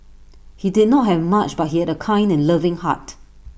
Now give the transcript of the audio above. he did not have much but he had A kind and loving heart